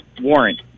Warrant